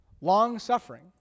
long-suffering